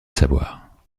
savoir